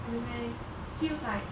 I don't know eh feels like